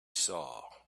saw